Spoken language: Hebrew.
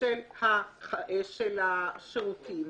של השירותים,